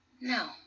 No